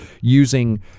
using